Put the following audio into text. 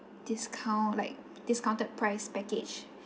discount like discounted price package